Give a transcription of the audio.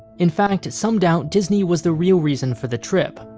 in fact, some doubt disney was the real reason for the trip,